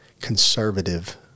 conservative